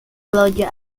claudia